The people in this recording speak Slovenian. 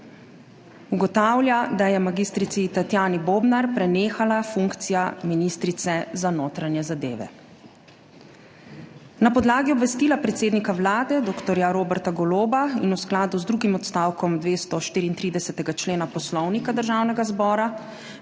ugotavlja, da je mag. Tatjani Bobnar prenehala funkcija ministrice za notranje zadeve. Na podlagi obvestila predsednika Vlade dr. Roberta Goloba in v skladu z drugim odstavkom 234. člena Poslovnika Državnega zbora